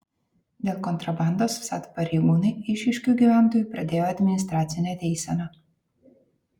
dėl kontrabandos vsat pareigūnai eišiškių gyventojui pradėjo administracinę teiseną